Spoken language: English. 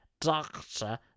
Doctor